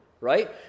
right